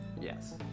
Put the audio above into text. Yes